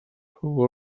fou